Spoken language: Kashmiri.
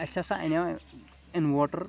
اسہِ ہسا انیاو اِنوٲٹر